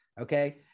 okay